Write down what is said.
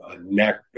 neck